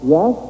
Yes